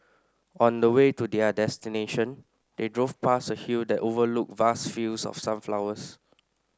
on the way to their destination they drove past a hill that overlooked vast fields of sunflowers